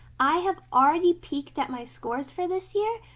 i have already peeked at my scores for this year,